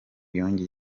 ngo